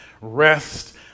Rest